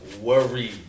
worried